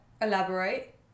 Elaborate